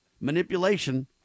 manipulation